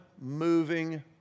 moving